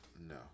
No